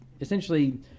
essentially